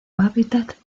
hábitat